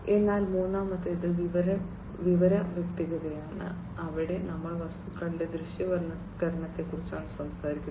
അതിനാൽ മൂന്നാമത്തേത് വിവര വ്യക്തതയാണ് അവിടെ നമ്മൾ വസ്തുക്കളുടെ ദൃശ്യവൽക്കരണത്തെക്കുറിച്ചാണ് സംസാരിക്കുന്നത്